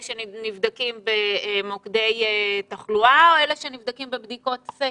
שנבדקים במוקדי תחלואה או אלה שנבדקים בדיקות סקר?